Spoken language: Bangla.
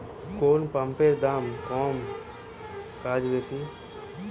কোন পাম্পের দাম কম কাজ বেশি?